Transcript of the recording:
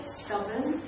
stubborn